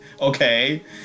okay